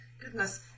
Goodness